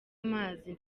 amazi